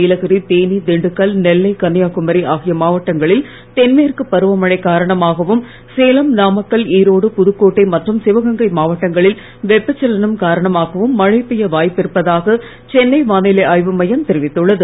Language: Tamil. நீலகிரி தேனி திண்டுக்கல் நெல்லை கன்னியாகுமரி ஆகிய மாவட்டங்களில் தென்மேற்கு பருவமழை காரணமாகவும் சேலம் நாமக்கல் ஈரோடு புதுச்கோட்டை மற்றும் சிவகங்கை மாவட்டங்களில் வெப்பச்சலனம் காரணமாகவும் மழை பெய்ய வாய்ப்பு இருப்பதாக சென்னை வானிலை ஆய்வு மையம் தெரிவித்துள்ளது